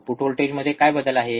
output व्होल्टेजमध्ये काय बदल आहे